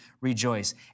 rejoice